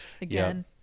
again